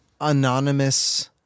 anonymous